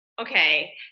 okay